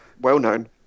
well-known